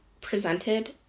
presented